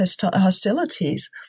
hostilities